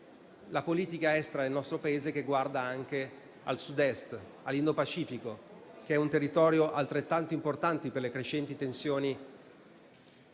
la politica estera del nostro Paese, che guarda anche al Sud Est, all'Indo Pacifico, che è un territorio altrettanto importante per le crescenti tensioni